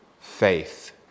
faith